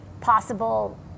possible